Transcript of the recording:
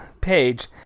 page